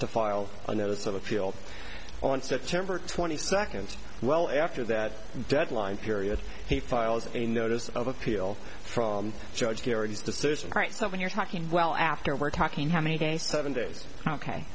to file a notice of appeal on september twenty second well after that deadline period he filed a notice of appeal from judge perry's decision right so when you're talking well after we're talking how many days seven days ok